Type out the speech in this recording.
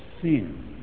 sin